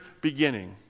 beginning